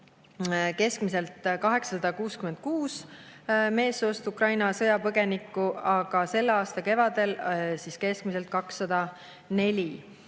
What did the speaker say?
keskmiselt 866 meessoost Ukraina sõjapõgenikku, aga selle aasta kevadel keskmiselt 204.